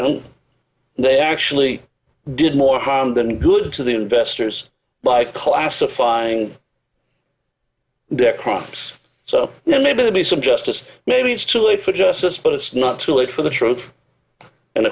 know they actually did more harm than good to the investors by classifying their crops so you know maybe some justice maybe it's too late for justice but it's not too late for the truth and